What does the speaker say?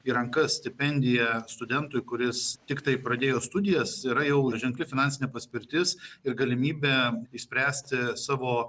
į rankas stipendija studentui kuris tiktai pradėjo studijas yra jau ženkli finansinė paspirtis ir galimybė išspręsti savo